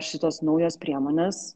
šitos naujos priemonės